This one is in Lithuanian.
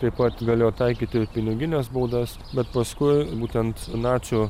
taip pat galėjo taikyti ir pinigines baudas bet paskui būtent nacių